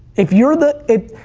if you're the, if,